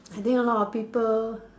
I think a lot of people